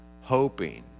hoping